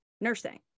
nursing